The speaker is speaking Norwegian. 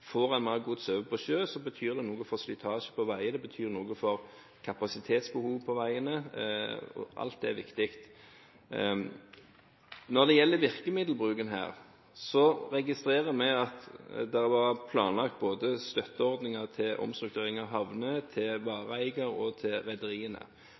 Får en mer gods over på sjø, betyr det noe for slitasje på veier, det betyr noe for kapasitetsbehovet på veiene. Og alt det er viktig. Når det gjelder virkemiddelbruken her, registrerer vi at det var planlagt støtteordninger til omstrukturering av havner til